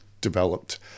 developed